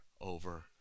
over